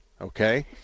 okay